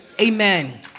Amen